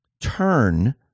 turn